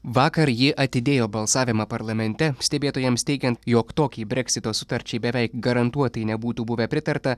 vakar ji atidėjo balsavimą parlamente stebėtojams teigiant jog tokiai breksito sutarčiai beveik garantuotai nebūtų buvę pritarta